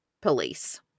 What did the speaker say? police